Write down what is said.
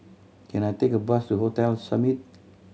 can I take a bus to Hotel Summit